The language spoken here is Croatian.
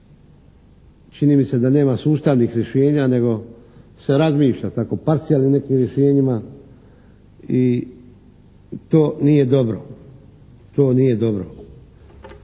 čini mi se da nema sustavnih rješenja nego se razmišlja tako o parcijalnim nekim rješenjima i to nije dobro. To nije dobro.